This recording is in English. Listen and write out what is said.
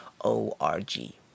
O-R-G